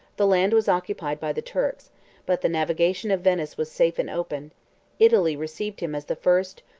the land was occupied by the turks but the navigation of venice was safe and open italy received him as the first,